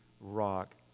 rock